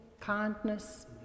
kindness